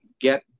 get